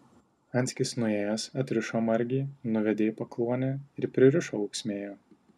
anskis nuėjęs atrišo margį nuvedė į pakluonę ir pririšo ūksmėje